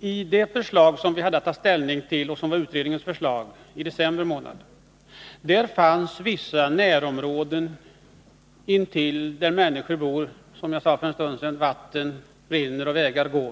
I det förslag som vi hade att ta ställning till — och som var utredningens förslag i december månad — var generellt undantagna vissa närområden intill människors bostäder och där, som jag sade för en stund sedan, vatten rinner och vägar går.